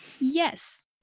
Yes